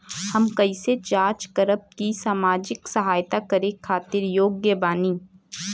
हम कइसे जांच करब की सामाजिक सहायता करे खातिर योग्य बानी?